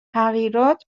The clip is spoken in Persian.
تغییرات